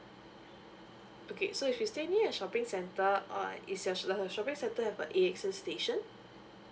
okay so if you stay near a shopping center uh is your the shopping center have an AXS station